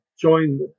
joined